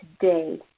today